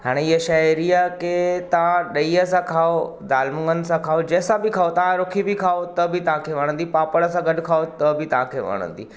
हाणे हीअ शइ आहिड़ी आहे की तव्हां ॾही सां खाओ दालि मुङनि सां खाओ जंहिंसां बि खाओ तव्हां रूखी बि खाओ त बि तव्हांखे वणंदी पापड़ सां गॾु खाओ त बि तव्हांखे वणंदी